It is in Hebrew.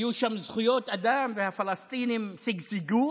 שהיו שם זכויות אדם והפלסטינים שגשגו